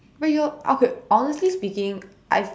but your okay honestly speaking I